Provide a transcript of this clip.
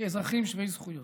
כאזרחים שווי זכויות.